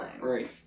Right